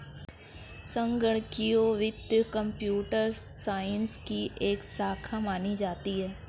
संगणकीय वित्त computer science की एक शाखा मानी जाती है